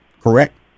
Correct